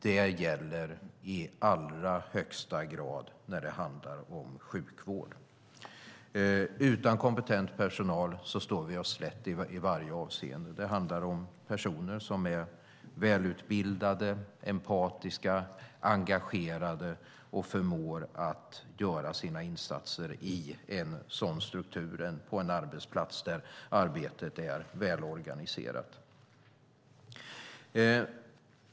Det gäller i allra högsta grad när det handlar om sjukvård. Utan kompetent personal står vi oss slätt i varje avseende. Det handlar om personer som är välutbildade, empatiska, engagerade och förmår att göra sina insatser i en sådan struktur och på en arbetsplats där arbetet är välorganiserat.